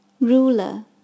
Ruler